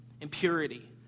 impurity